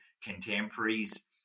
contemporaries